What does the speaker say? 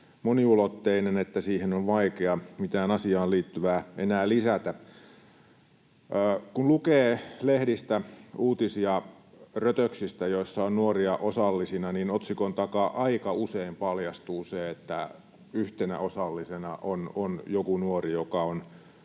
moniulotteinen, että siihen on vaikea mitään asiaan liittyvää enää lisätä. Kun lukee lehdistä uutisia rötöksistä, joissa on nuoria osallisina, niin otsikon takaa aika usein paljastuu se, että yhtenä osallisena on joku nuori, joka on